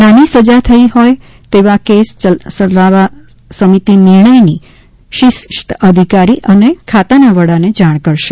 નાની સજા થઈ શકે તેવા કેસ યલાવી સમિતિ નિર્ણયની શિસ્ત અધિકારી અથવા ખાતાના વડાને જાણ કરશે